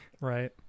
Right